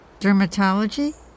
Dermatology